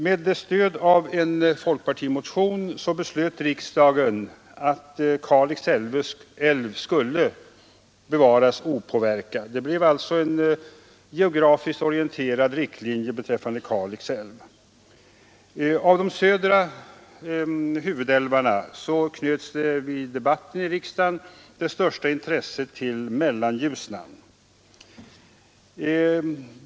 Med stöd av en folkpartimotion beslöt riksdagen med avvikelse från propositionen att Kalix älv skulle bevaras opåverkad — det blev alltså en geografiskt orienterad riktlinje beträffande Kalix älv. När det gällde de södra huvudälvarna knöts största intresset vid debatten i riksdagen till Mellanljusnan.